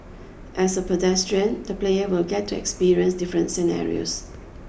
as a pedestrian the player will get to experience different scenarios